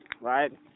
right